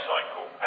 Cycle